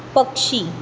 पक्षी